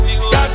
Got